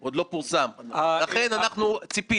הייתי ממליץ לאנשי בנק ישראל: על מצה